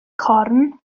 corn